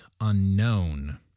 unknown